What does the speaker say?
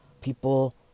People